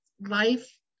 life